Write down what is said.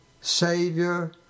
Savior